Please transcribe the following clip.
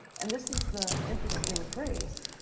and this is the interesting phrase.